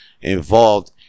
involved